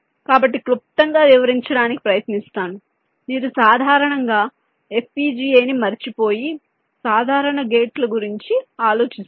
కాబట్టి క్లుప్తంగా వివరించడానికి ప్రయత్నిస్తాను మీరు సాధారణంగా FPGA ని మరచిపోయి సాధారణ గేట్ల గురించి ఆలోచిస్తారు